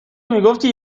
میگفتی